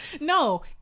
No